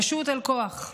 פשוט על כוח.